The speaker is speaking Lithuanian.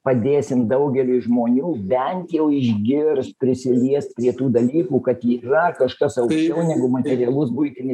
padėsim daugeliui žmonių bent jau išgirst prisiliest prie tų dalykų kad yra kažkas aukščiau negu materialus buitinis